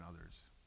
others